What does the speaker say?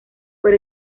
por